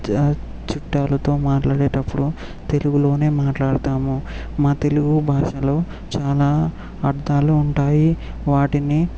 చుట్టాలతో మాట్లాడేటప్పుడు తెలుగులోనే మాట్లాడతాము మా తెలుగు భాషలో చాలా అర్థాలు ఉంటాయి వాటిని